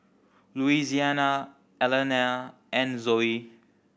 Louisiana Alanna and Zoe